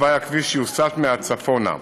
ותוואי הכביש יוסט מעט צפונה.